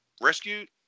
rescued